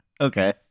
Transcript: Okay